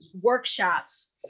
workshops